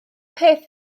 peth